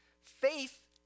Faith